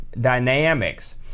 Dynamics